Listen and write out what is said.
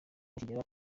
bakigera